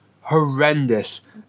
horrendous